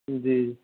जी